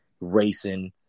racing